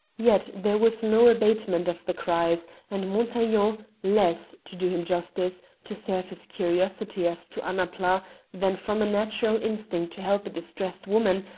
yet there was no abatement of the cries, and montaiglon, less to do him justice to serve his curiosity as to annapla than from a natural instinct to help a distressed woman,